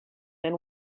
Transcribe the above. then